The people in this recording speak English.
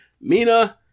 Mina